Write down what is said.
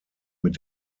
mit